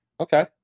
okay